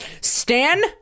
Stan